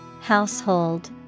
Household